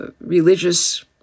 religious